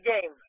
game